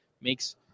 makes